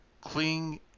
cling